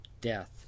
death